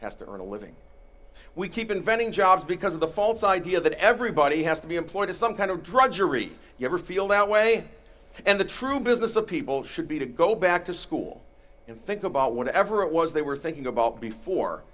has to earn a living we keep inventing jobs because of the false idea that everybody has to be employed in some kind of drudgery you ever feel that way and the true business of people should be to go back to school and think about whatever it was they were thinking about before